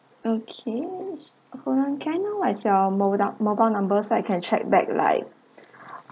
okay how long can I know what is your mobi~ mobile number so I can check back like